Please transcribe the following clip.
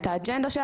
את האג'נדה שלה,